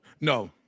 No